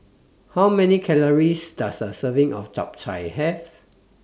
How Many Calories Does A Serving of Japchae Have